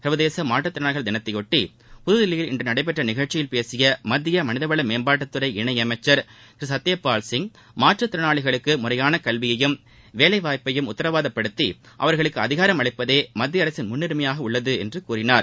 சர்வதேச மாற்றுத் திறனாளிகள் தினத்தையொட்டி புதுதில்லியில் இன்று நடைபெற்ற நிகழ்ச்சியில் பேசிய மத்திய மனிதவள மேம்பாட்டுத்துறை இணை அமைச்சர் திரு சத்தியபால் சிங் மாற்றுத் திறனாளிகளுக்கு முறையான கல்வியையும் வேலைவாய்ப்பையும் உத்தரவாதப்படுத்தி அவர்களுக்கு அதிகாரம் அளிப்பதே மத்திய அரசின் முன்னுரிமையாக உள்ளது என்று கூறினார்